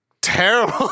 terrible